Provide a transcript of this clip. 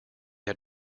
had